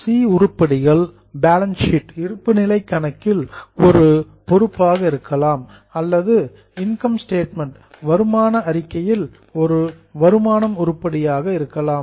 C உருப்படிகள் balance sheet இருப்புநிலை கணக்கில் ஒரு லியாபிலிடி பொறுப்பாக இருக்கலாம் அல்லது இன்கம் ஸ்டேட்மெண்ட் வருமான அறிக்கையில் ஒரு வருமானம் உருப்படியாக இருக்கலாம்